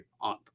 on